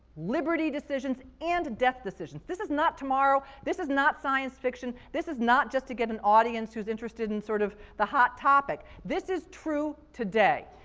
liberty decisions, and death decisions. this is not tomorrow, this is not science fiction, this is not just to get an audience who's interested in sort of the hot topic, this is true today.